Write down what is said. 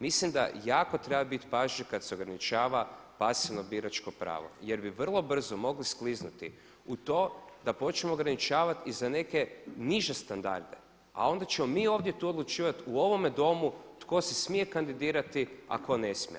Mislim da jako treba biti pažljiv kad se ograničava pasivno biračko pravo jer bi vrlo brzo mogli skliznuti u to da počnu ograničavati i za neke niže standarde, a onda ćemo mi ovdje tu odlučivati u ovome Domu tko se smije kandidirati, a tko ne smije.